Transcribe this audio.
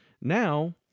Now